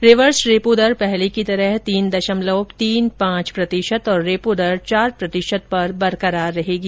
reverse repo दर पहले की तरह तीन दशमलव तीन पांच प्रतिशत और रेपो दर चार प्रतिशत पर बरकरार रहेगी